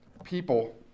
people